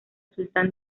sultán